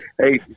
hey